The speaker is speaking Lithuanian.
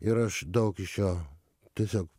ir aš daug iš jo tiesiog